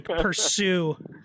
pursue